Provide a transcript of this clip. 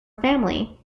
family